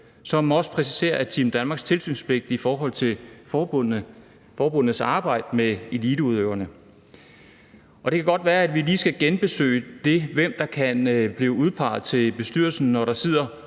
som også præciserer Team Danmarks tilsynspligt i forhold til forbundenes arbejde med eliteudøverne. Det kan godt være, at vi lige skal se på, hvem der kan blive udpeget til bestyrelsen, når der sidder